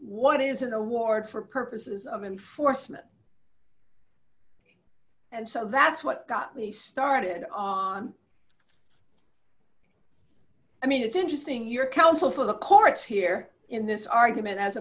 what is an award for purposes of enforcement and so that's what got me started on i mean it's interesting your counsel for the courts here in this argument as